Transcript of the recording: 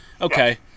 Okay